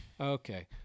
Okay